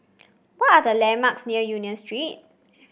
what are the landmarks near Union Street